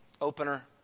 opener